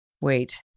Wait